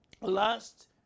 last